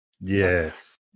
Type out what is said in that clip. Yes